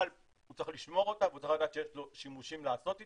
אבל צריך לשמור אותה והוא צריך לדעת שיש שימושים לעשות איתה,